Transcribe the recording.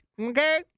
Okay